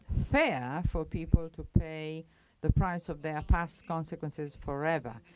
fair for people to pay the price of their past consequences forever.